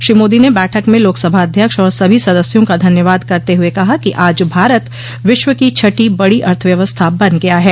श्री मोदी ने बैठक में लोकसभा अध्यक्ष और सभी सदस्यों का धन्यवाद करते हुए कहा कि आज भारत विश्व की छठीं बड़ी अर्थव्यवस्था बन गया है